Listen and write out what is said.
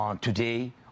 today